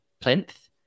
plinth